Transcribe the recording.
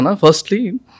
firstly